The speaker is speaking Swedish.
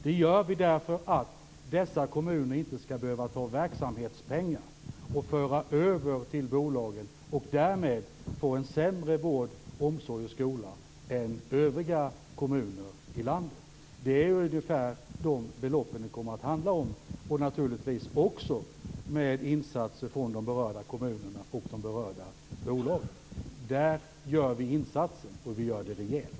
Det gör vi därför att dessa kommuner inte skall behöva föra över verksamhetspengar till bolagen och därmed få en sämre vård, omsorg och skola än övriga kommuner i landet. Det är ungefär dessa belopp det kommer att handla om, naturligtvis också med insatser från de berörda kommunerna och bolagen. Där gör vi insatsen, och vi gör det rejält.